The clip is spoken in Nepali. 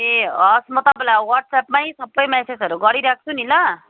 ए हवस् म तपाईँलाई वाट्सएपमै सबै मेसेजहरू गरिराख्छु नि ल